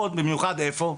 איפה במיוחד?